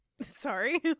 Sorry